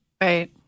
Right